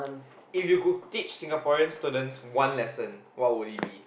if you could teach Singaporean students one lessons what would it be